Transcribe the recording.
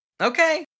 okay